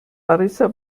marissa